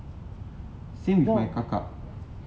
same with my kakak